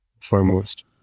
foremost